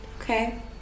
Okay